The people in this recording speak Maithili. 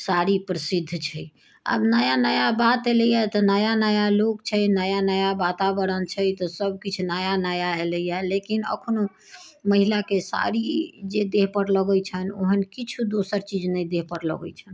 साड़ी प्रसिद्ध छै आब नया नया बात अयलैए तऽ नया नया लोक छै नया नया वातावरण छै तऽ सभ किछु नया नया अयलैए लेकिन अखनो महिलाके साड़ी जे देह पर लगैत छनि ओहन किछु दोसर चीज नहि देह पर लगैत छनि